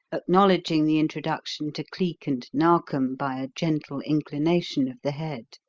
acknowledging the introduction to cleek and narkom by a gentle inclination of the head.